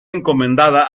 encomendada